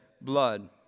blood